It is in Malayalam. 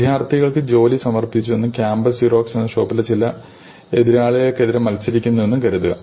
വിദ്യാർത്ഥികൾക്ക് ജോലി സമർപ്പിച്ചുവെന്നും കാമ്പസ് സിറോക്സ് എന്ന ഷോപ്പ് ചില എതിരാളികൾക്കെതിരെ മത്സരിക്കുന്നുവെന്നും കരുതുക